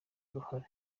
uruhare